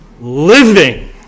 living